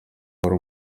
wari